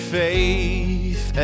faith